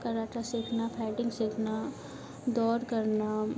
karate सीखना fighting सीखना दौड़ करना